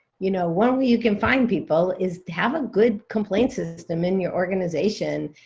you know one way you can find people is to have a good complaint system in your organization,